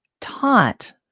taught